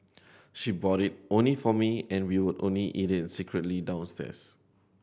she bought it only for me and we would only eat it secretly downstairs